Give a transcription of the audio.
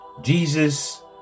Jesus